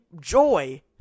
joy